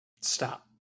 stop